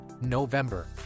november